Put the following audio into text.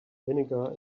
vinegar